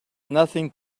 nothing